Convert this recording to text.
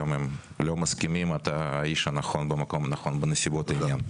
גם לא מסכימים אתה האיש הנכון במקום הנכון בנסיבות האלה.